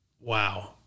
wow